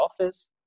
office